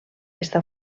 està